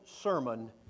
sermon